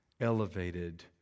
elevated